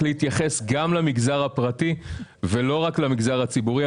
להתייחס גם למגזר הפרטי ולא רק למגזר הציבורי.